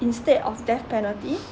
instead of death penalty